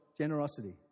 generosity